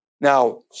Now